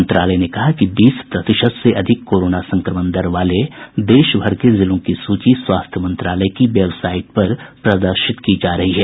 मंत्रालय ने कहा कि बीस प्रतिशत से अधिक कोरोना संक्रमण दर वाले देश भर के जिलों की सूची स्वास्थ्य मंत्रालय की वेबसाइट पर प्रदर्शित की जा रही है